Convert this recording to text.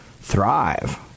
thrive